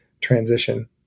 transition